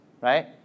right